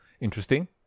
interesting